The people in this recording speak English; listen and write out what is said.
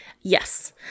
Yes